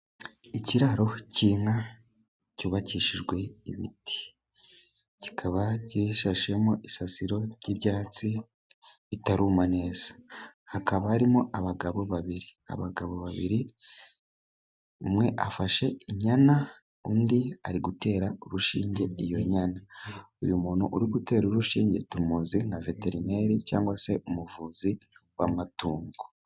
Ikiraro cy'inka cyubakishijwe ibiti, kikaba gishashemo isasiro ry'ibyatsi bitaruma neza, hakaba harimo abagabo babiri, abagabo babiri umwe afashe inyana undi ari gutera urushinge iyo nyana, uyu muntu uri gutera urushinge tumuzi nka veterineri cyangwa se umuvuzi w'amatungo.